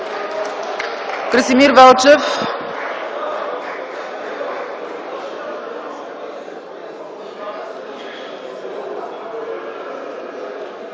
Красимир Велчев.